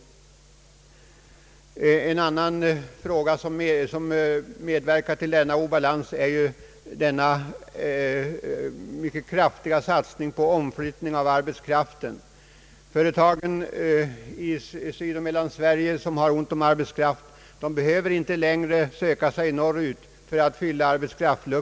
En annan sak som medverkar till denna obalans är den mycket kraftiga satsningen på omflyttningen av arbetskraft. Företag i Sydoch Mellansverige, som har ont om arbetskraft, behöver inte längre själva anstränga sig att fylla behovet.